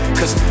Cause